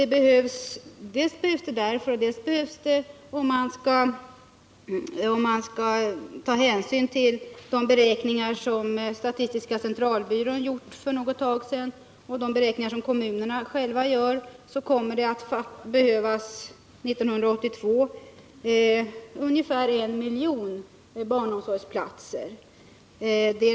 Det är det ena skälet. Det andra skälet är att om man skall ta hänsyn till de beräkningar som statistiska centralbyrån gjort för ett tag sedan och de beräkningar som kommunerna själva gör, så kommer det 1982 att behövas ungefär 1 miljon barnomsorgsplatser.